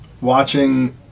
watching